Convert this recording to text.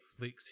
Netflix